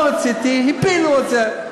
לא רציתי, הפילו את זה.